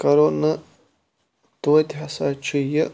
کَرو نہٕ توتہِ ہَسا چھُ یہِ